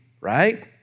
right